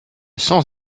sens